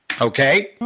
okay